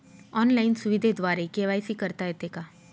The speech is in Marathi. ऑनलाईन सुविधेद्वारे के.वाय.सी करता येते का?